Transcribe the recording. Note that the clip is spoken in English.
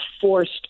forced